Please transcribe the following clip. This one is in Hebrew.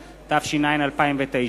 (אינוס על-ידי אשה),